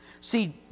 See